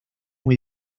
muy